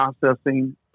processing